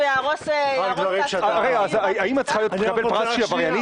אז האמא צריכה לקבל פרס שהיא עבריינית?